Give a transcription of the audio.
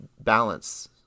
balance